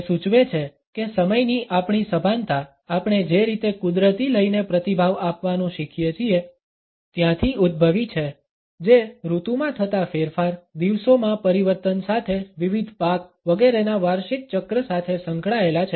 તે સૂચવે છે કે સમયની આપણી સભાનતા આપણે જે રીતે કુદરતી લયને પ્રતિભાવ આપવાનું શીખીએ છીએ ત્યાંથી ઉદ્ભવી છે જે ૠતુમાં થતા ફેરફાર દિવસોમાં પરિવર્તન સાથે વિવિધ પાક વગેરેના વાર્ષિક ચક્ર સાથે સંકળાયેલા છે